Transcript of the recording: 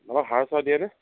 অলপ সাৰ চাৰ দিয়ানে